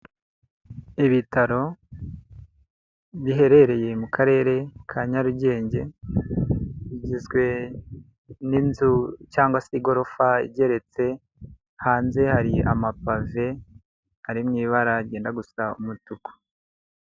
Ibitaro biherereye mu karere ka Nyarugenge, bigizwe n'inzu cyangwa se igorofa igeretse, hanze hari amapave ari mu ibara ryenda gusa umutuku.